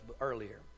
earlier